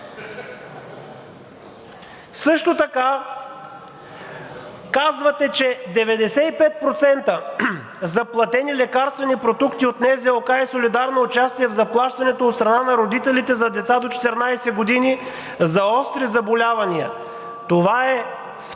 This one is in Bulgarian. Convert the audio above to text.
Също така казвате, че 95% за платени лекарствени продукти от НЗОК и солидарно участие в заплащането от страна на родителите за деца до 14 години за остри заболявания. Това е втората